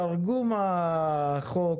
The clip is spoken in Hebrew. תרגום החוק